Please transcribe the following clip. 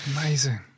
amazing